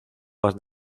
más